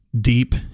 deep